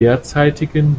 derzeitigen